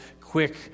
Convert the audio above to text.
quick